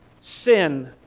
sin